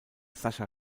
sascha